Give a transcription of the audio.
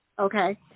Okay